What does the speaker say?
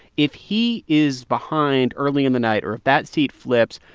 if he is behind early in the night or if that seat flips,